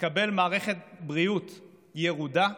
נקבל מערכת בריאות ירודה.